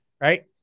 right